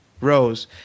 Rose